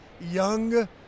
young